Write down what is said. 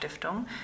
Stiftung